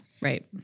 Right